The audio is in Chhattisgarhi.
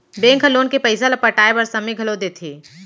बेंक ह लोन के पइसा ल पटाए बर समे घलो देथे